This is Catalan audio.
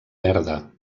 verda